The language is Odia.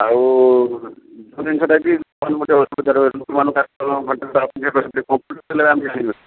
ଆଉ ସବୁ ଜିନିଷଟା ବି କ'ଣ ଗୋଟେ ଅସୁବିଧା ରହିଲେ ଲୋକମାନେ କମ୍ପ୍ୟୁଟର୍ ଚଲେଇବା ଆମେ ଜାଣିନୁ